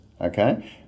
Okay